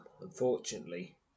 Unfortunately